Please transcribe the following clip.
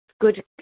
good